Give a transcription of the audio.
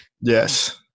yes